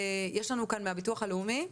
יש לנו כאן מהביטוח הלאומי,